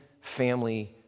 family